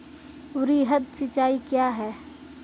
वृहद सिंचाई कया हैं?